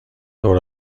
دور